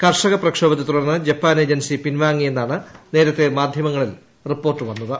കർഷക പ്രക്ഷോഭത്തെ തുടർന്ന് ജപ്പാൻ ഏജൻസി പിൻവാങ്ങിയെന്നാണ് നേരത്തെ മാധ്യമങ്ങളിൽ റിപ്പോർട്ട വന്നത്